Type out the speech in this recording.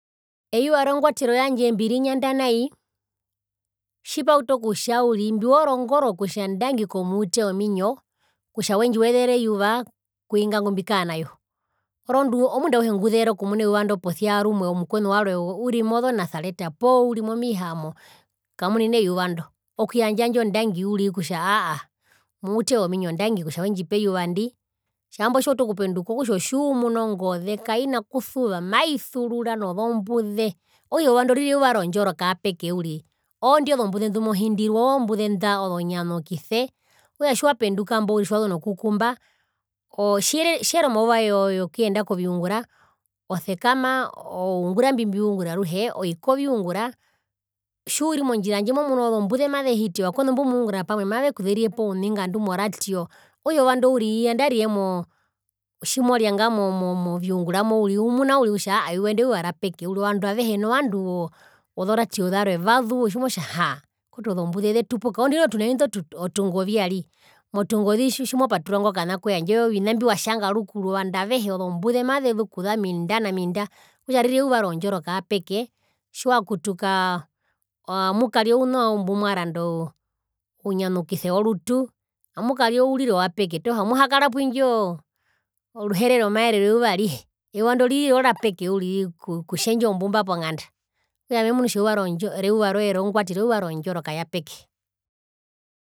Her- 03- c061 eyuva rongwatero yandje mbiri nyanda nai tjipautu okutja uriri mbiworongoro okutja ndangi komuute wominyo kutja wendjiwesere eyuva kwinga ngumbiakara nayo orondu omundu auhe nguzera okumuna eyuva ndo posia rumwe omukwenu warwe uri mozonasareta poo uri momiihamo kamunine eyuva ndo okuyandja indyo ndangi uriri kutja aahaa muute wominyo ndangi kutja wendjipe eyuva ndi, tjambo tjiwautu okupenduka okutja otjiumuna ongoze kaina kusuva maisurura nozombuze okutja eyuva ndo ririra eyuva rondjoroka yapeke uriri oondi ozombuze ndumohindirwa ozombuze nda ozonyanukise okutja tjiwapenduka mbo uriri tjiwazu nokukumba tjeri omauva wokuyenda koviungura osekama oungura mbi mbiungura aruhe oi koviungura tjiuri mondjira handje momunu ozombuze mazehiti ovakwenu mbumungura pamwe mavekuzerirepo ouningandu moradio okutja eyuva ndo uriri nandarire tjimorianga mo moviunguramo uriri umuna uriri kutja eyuva ndi euva rapeke uriri ovandu avehe novandu wozo radio zarwe vazuu otjimotja haa vakwetu ozombuze zetupuka orondi noho tuna indo otungovi ari motungovi tjimopaturura ingo kana kwee handje ovina mbi watjanga rukuru ovandu avehe ozombuze mazezu okuza minda naminda okutja aririre eyuva rondjoroka yapeke tjiwakutukaa amu karia ouna mbumwaranda oo ounyanukise worutu amukaria ouriro wapeke toho amuhakara pwindjoo oruhere romaere rweyuva arihe eyuva ndo ririra orapeke uriri okutjendja ombumba ponganda okutja memunu kutja eyuva rwe rongwatero eyuva rondjoroka yapeke.